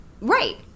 Right